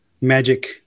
magic